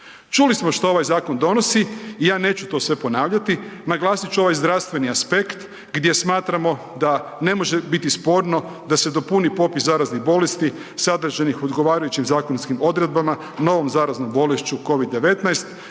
Čuli smo što ovaj zakon donosi i ja neću to sve ponavljati, naglasit ću ovaj zdravstveni aspekt gdje smatramo da ne može biti sporno da se dopuni popis zaraznih bolesti sadržanih u odgovarajućim zakonskim odredbama novom zaraznom bolešću Covid-19